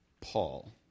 Paul